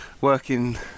working